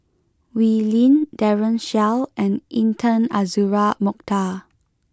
Wee Lin Daren Shiau and Intan Azura Mokhtar